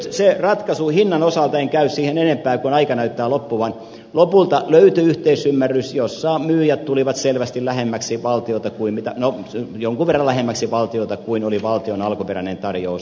lopulta hinnan osalta en käy siihen enempää kun aika näyttää loppuvan löytyi yhteisymmärrys jossa myyjät tulivat selvästi lähemmäksi valtiota no jonkun verran lähemmäksi valtiota kuin oli valtion alkuperäinen tarjous